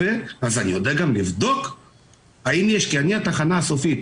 אז אני יודע גם לבדוק האם יש תקלה כי אני התחנה הסופית.